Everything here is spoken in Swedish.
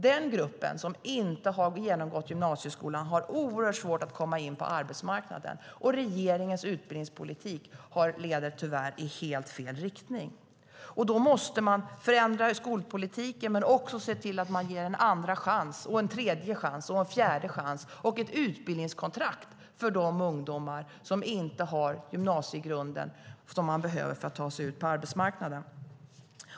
Den grupp som inte har genomgått gymnasieskolan har oerhört svårt att komma in på arbetsmarknaden, och regeringens utbildningspolitik leder tyvärr i helt fel riktning. Man måste förändra skolpolitiken men också se till att ge en andra, tredje och fjärde chans samt ett utbildningskontrakt till de ungdomar som inte har den gymnasiegrund de behöver för att ta sig ut på arbetsmarknaden.